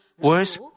worse